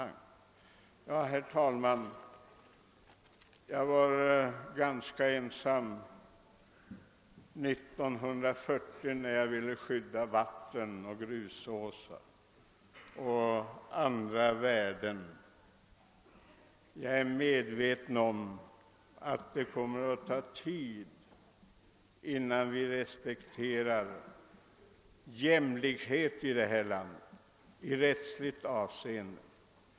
Jag var, herr talman, ganska ensam i min uppfattning år 1940 när jag ville skydda vattnet, grusåsarna och andra värden från förstöring. Jag är medveten om att det också kommer att ta tid innan man här i landet respekterar jämlikhet i rättsligt avseende.